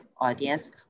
audience